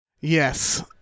yes